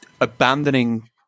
abandoning